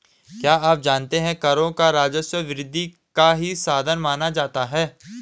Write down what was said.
क्या आप जानते है करों को राजस्व वृद्धि का ही साधन माना जाता है?